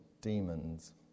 demons